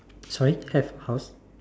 sorry have house